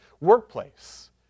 workplace